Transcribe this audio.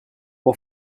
può